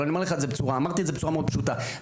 אמרתי את זה בצורה מאוד פשוטה,